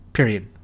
period